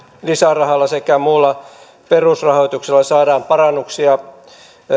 lisärahalla sekä muulla perusrahoituksella saadaan parannuksia